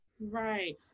right